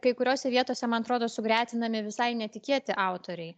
kai kuriose vietose man atrodo sugretinami visai netikėti autoriai